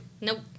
Nope